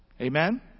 Amen